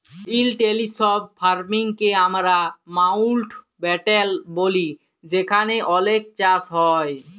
intensive farming কে আমরা মাউল্টব্যাটেল ব্যলি যেখালে অলেক চাষ হ্যয়